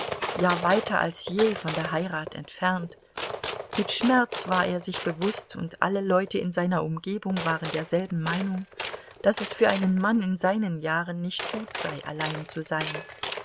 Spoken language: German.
ja weiter als je von der heirat entfernt mit schmerz war er sich bewußt und alle leute in seiner umgebung waren derselben meinung daß es für einen mann in seinen jahren nicht gut sei allein zu sein